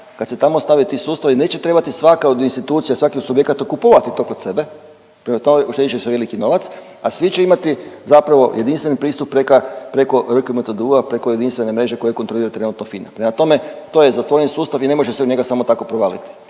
kad se tamo stave ti sustavi, neće trebati svaka od institucija, svaki od subjekata kupovati to kod sebe, prema tome, uštedjet će se veliki novac, a svi će imati zapravo jedinstveni pristup preka, preko RKMTDU-a, preko jedinstvene mreže koju kontrolira trenutno FINA. Prema tome, to je zatvoren sustav i ne može se u njega samo tako provaliti,